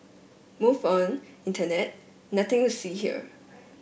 move on internet nothing to see here